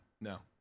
No